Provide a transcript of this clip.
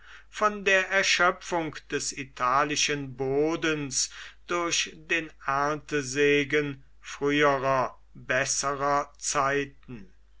von der erschöpfung des italischen bodens durch den erntesegen früherer besserer zeiten